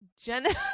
Jenna